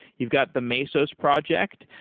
you've got the mesos project.